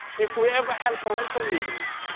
if we ever had parental meetings,